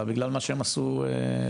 אלא בגלל מה שהם עשו לאנושות,